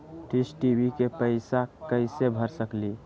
Dish TV के पैईसा कईसे भर सकली?